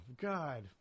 God